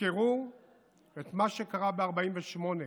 תזכרו את מה שקרה ב-1948.